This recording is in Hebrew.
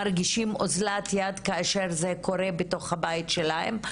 מרגישים אזלת יד כאשר זה קורה בתוך הבית שלהם.